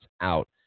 out